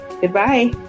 Goodbye